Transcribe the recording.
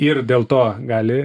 ir dėl to gali